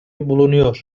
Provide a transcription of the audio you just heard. bulunuyor